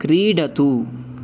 क्रीडतु